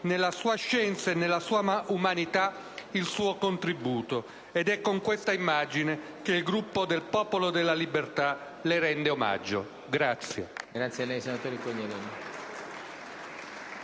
nella sua scienza e nella sua umanità, il suo contributo; ed è con questa immagine che il Gruppo del Popolo della Libertà le rende omaggio.